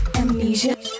Amnesia